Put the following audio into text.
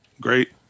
Great